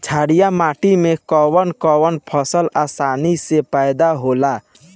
छारिया माटी मे कवन कवन फसल आसानी से पैदा होला?